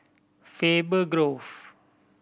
Faber Grove